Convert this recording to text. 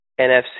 NFC